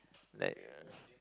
like